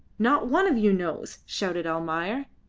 not one of you knows! shouted almayer.